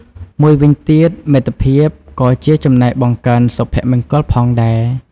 មួយវិញទៀត មិត្តភាពក៏ជាចំណែកបង្កើនសុភមង្គល ផងដែរ។